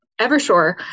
Evershore